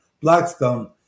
Blackstone